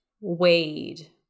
Wade